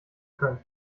können